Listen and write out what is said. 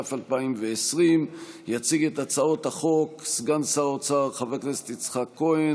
התש"ף 2020. יציג את הצעות החוק סגן שר האוצר חבר הכנסת יצחק כהן.